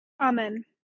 Amen